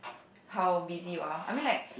how busy you are I mean like